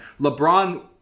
LeBron